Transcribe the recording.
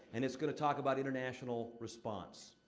and it's gonna talk about international response.